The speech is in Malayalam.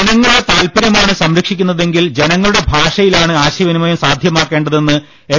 ജനങ്ങളുടെ താത്പര്യമാണ് സംരക്ഷിക്കുന്നതെങ്കിൽ ജനങ്ങളുടെ ഭാഷയിലാണ് ആശയവിനിമയം സാധ്യമാക്കേണ്ടതെന്ന് എം